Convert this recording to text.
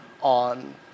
on